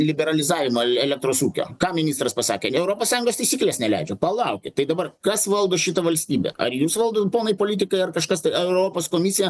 liberalizavimo elektros ūkio ką ministras pasakė europos sąjungos taisyklės neleidžia palaukit tai dabar kas valdo šitą valstybę ar jus valdot ponai politikai ar kažkas tai ar europos komisija